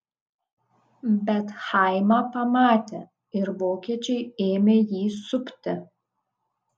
bet chaimą pamatė ir vokiečiai ėmė jį supti